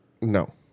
No